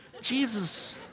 Jesus